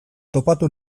topatu